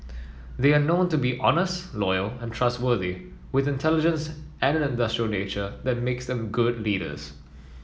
they are known to be honest loyal and trustworthy with intelligence and an industrious nature that makes them good leaders